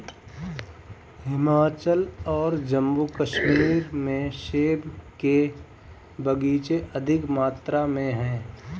हिमाचल और जम्मू कश्मीर में सेब के बगीचे अधिक मात्रा में है